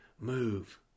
Move